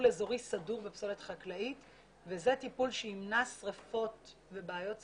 אזורי סדור בפסולת חקלאית וזה טיפול שימנע שריפות ובעיות סניטציה.